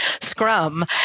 scrum